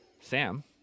Sam